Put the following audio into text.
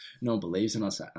no-one-believes-in-us